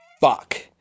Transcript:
fuck